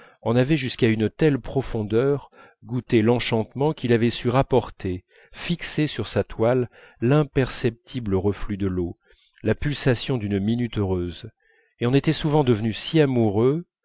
en avait jusqu'à une telle profondeur goûté l'enchantement qu'il avait su rapporter fixer sur sa toile l'imperceptible reflux de l'eau la pulsation d'une minute heureuse et on était soudain devenu si amoureux